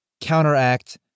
counteract